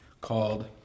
called